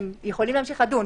יכולים להמשיך לדון,